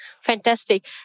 Fantastic